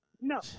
No